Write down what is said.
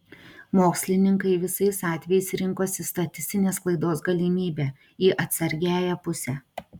mokslininkai visais atvejais rinkosi statistinės klaidos galimybę į atsargiąją pusę